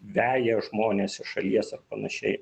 veja žmones iš šalies ar panašiai